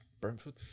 Brentford